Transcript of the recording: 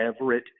Everett